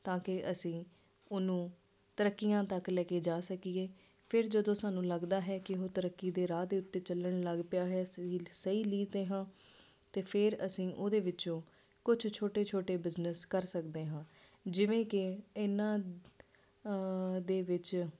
ਤਾਂ ਕਿ ਅਸੀਂ ਉਹਨੂੰ ਤਰੱਕੀਆਂ ਤੱਕ ਲੈ ਕੇ ਜਾ ਸਕੀਏ ਫਿਰ ਜਦੋਂ ਸਾਨੂੰ ਲੱਗਦਾ ਹੈ ਕਿ ਉਹ ਤਰੱਕੀ ਦੇ ਰਾਹ ਦੇ ਉੱਤੇ ਚੱਲਣ ਲੱਗ ਪਿਆ ਹੈ ਸਲੀ ਸਹੀ ਲੀਹ 'ਤੇ ਹਾਂ ਅਤੇ ਫਿਰ ਅਸੀਂ ਉਹਦੇ ਵਿੱਚੋਂ ਕੁਝ ਛੋਟੇ ਛੋਟੇ ਬਿਜ਼ਨਸ ਕਰ ਸਕਦੇ ਹਾਂ ਜਿਵੇਂ ਕਿ ਇਹਨਾਂ ਦੇ ਵਿੱਚ